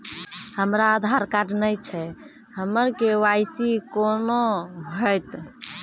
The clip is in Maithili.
हमरा आधार कार्ड नई छै हमर के.वाई.सी कोना हैत?